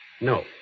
No